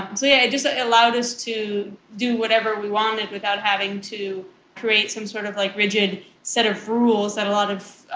yeah, it just allowed us to do whatever we wanted without having to create some sort of like rigid set of rules that a lot of,